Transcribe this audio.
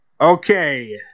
Okay